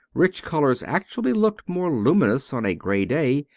rich colours actually look more luminous on a grey day,